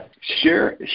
Share